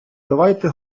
давайте